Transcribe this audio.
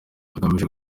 agamije